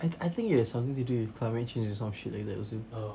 I think I think it has something to do with climate change and some shit also